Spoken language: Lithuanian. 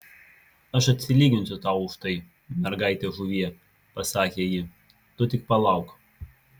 aš atsilyginsiu tau už tai mergaite žuvie pasakė ji tu tik palauk